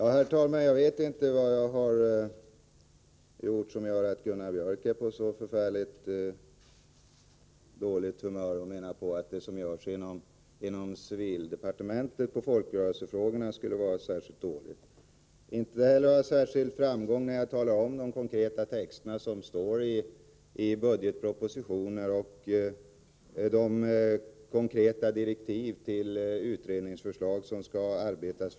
Herr talman! Jag vet inte vad jag har gjort som lett till att Gunnar Björk i Gävle är på så dåligt humör och säger att det som görs inom civildepartementet när det gäller folkrörelsefrågorna skulle vara särskilt dåligt. Inte heller har jag någon vidare framgång när jag talar om de konkreta texterna i budgetpropositionen och om de konkreta direktiven för utredningar som skall arbeta.